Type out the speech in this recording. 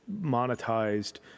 monetized